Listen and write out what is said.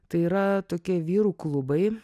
tai yra tokie vyrų klubai